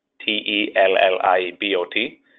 T-E-L-L-I-B-O-T